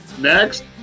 Next